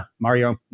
Mario